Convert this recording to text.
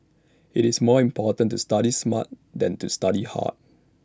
IT is more important to study smart than to study hard